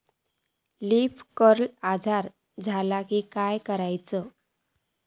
Leaf curl आजार झालो की काय करूच?